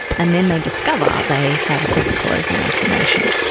and then they discover they have a corpus callosum malformation.